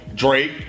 Drake